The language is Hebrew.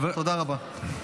תודה רבה.